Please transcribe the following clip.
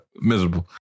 miserable